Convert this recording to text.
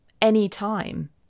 anytime